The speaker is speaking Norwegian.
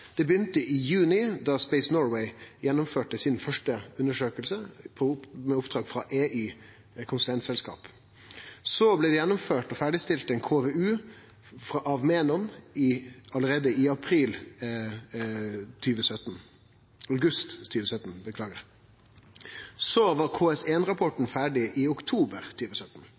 Han begynte i juni, da Space Norway gjennomførte si første undersøking på oppdrag frå EY konsulentselskap. Så blei det gjennomført og ferdigstilt ein KVU av Menon allereie i august 2017, og KS1-rapporten var ferdig i oktober